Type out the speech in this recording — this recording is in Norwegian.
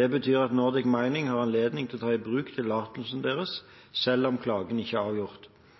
Det betyr at Nordic Mining har anledning til å ta i bruk tillatelsen sin, selv om klagene ikke er avgjort.